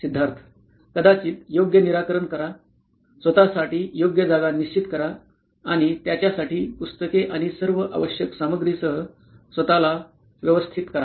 सिद्धार्थ कदाचित योग्य निराकरण करा स्वतःसाठी योग्य जागा निश्चित करा आणि त्याच्यासाठी पुस्तके आणि सर्व आवश्यक सामग्रीसह स्वत ला व्यवस्थित करा